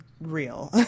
real